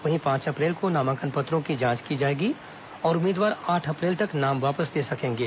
वहीं पांच अप्रैल को नामांकन पत्रों की जांच की जाएगी और उम्मीदवार आठ अप्रैल तक नाम वापस ले सकेंगे